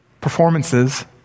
performances